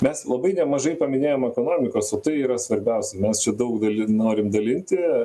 mes labai nemažai paminėjom ekonomikos o tai yra svarbiausia mes čia daug dali norim dalinti